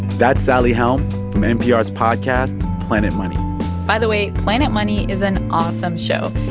that's sally helm from npr's podcast planet money by the way, planet money is an awesome show.